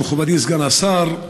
מכובדי סגן השר,